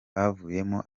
bavuyemo